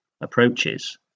approaches